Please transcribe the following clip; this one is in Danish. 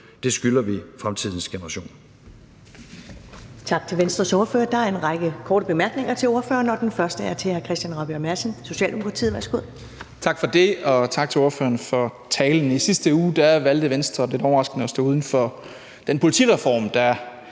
Det skylder vi fremtidens generationer.